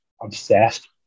obsessed